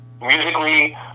musically